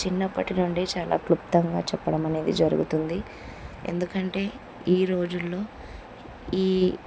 చిన్నప్పటి నుండి చాలా క్లుప్తంగా చెప్పడం అనేది జరుగుతుంది ఎందుకంటే ఈ రోజుల్లో ఈ